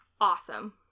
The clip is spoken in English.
awesome